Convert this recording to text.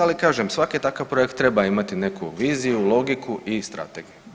Ali kažem, svaki takav projekt treba imati neku viziju, logiku i strategiju.